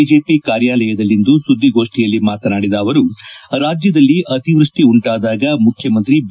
BJP ಕಾರ್ಯಾಲಯದಲ್ಲಿಂದು ಸುದ್ದಿಗೋಷ್ಠಿಯಲ್ಲಿ ಮಾತನಾಡಿದ ಅವರು ರಾಜ್ಯದಲ್ಲಿ ಅತಿವೃಷ್ಟಿ ಉಂಟಾದಾಗ ಮುಖ್ಯಮಂತ್ರಿ ಬಿ